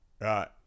Right